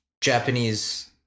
Japanese